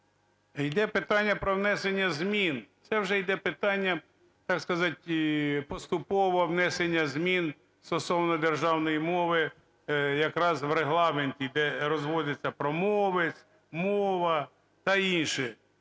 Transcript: Йде питання про внесення змін. Це вже йде питання, так сказать, поступово внесення змін стосовно державної мови якраз в Регламент іде, розводиться промовець, мова та інше.